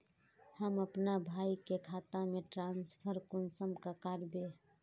हम अपना भाई के खाता में ट्रांसफर कुंसम कारबे?